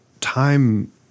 time